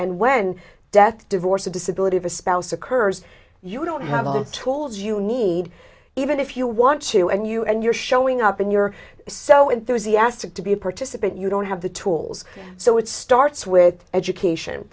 and when death divorce or disability of a spouse occurs you don't have all the tools you need even if you want to and you and you're showing up and you're so enthusiastic to be a participant you don't have the tools so it starts with education